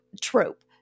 Trope